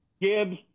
Gibbs